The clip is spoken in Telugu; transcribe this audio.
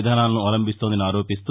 విధానాలను అవలంబిస్తోందని ఆరోపిస్తూ